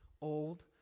old